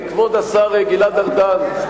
כבוד השר גלעד ארדן,